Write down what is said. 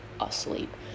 asleep